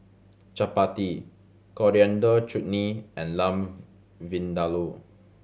Chapati Coriander Chutney and Lamb Vindaloo